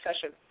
session